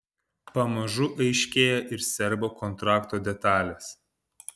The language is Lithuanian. pamažu aiškėja ir serbo kontrakto detalės